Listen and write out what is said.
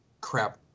crap